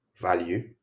value